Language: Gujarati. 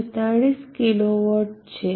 46 KW છે